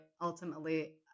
ultimately